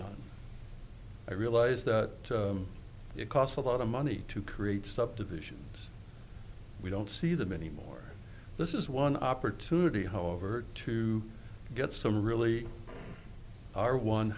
on i realize that it costs a lot of money to create subdivisions we don't see them anymore this is one opportunity however to get some really ar